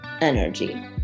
energy